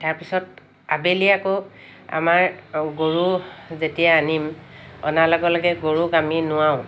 তাৰপিছত আবেলি আকৌ আমাৰ গৰু যেতিয়া আনিম অনাৰ লগে লগে গৰুক আমি নোৱাওঁ